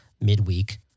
midweek